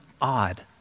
odd